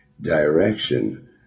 direction